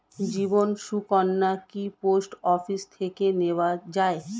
জীবন সুকন্যা কি post office থেকে নেওয়া যায়?